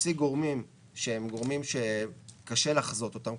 להוציא גורמים שהם גורמים שקשה לחזות אותם,